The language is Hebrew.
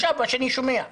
זה מה שאני שומע עכשיו.